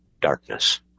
darkness